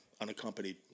unaccompanied